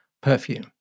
perfume